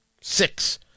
Six